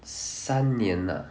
三年 ah